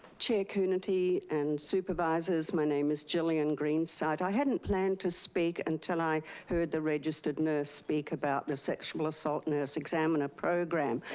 chair coonerty and supervisors, my name is gillian greenside. i hadn't planned to speak until i heard the registered nurse speak about the sexual assault nurse examiner program.